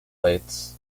plates